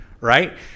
right